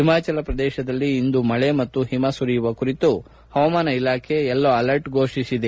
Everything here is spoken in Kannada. ಹಿಮಾಚಲ ಪ್ರದೇಶದಲ್ಲಿ ಇಂದು ಮಳೆ ಮತ್ತು ಹಿಮ ಸುರಿಯುವ ಕುರಿತು ಹವಾಮಾನ ಇಲಾಖೆ ಯೆಲ್ಲೋ ಆಲರ್ಟ್ ಫೋಷಿಸಿದೆ